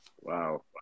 Wow